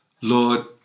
lord